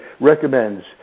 recommends